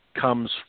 comes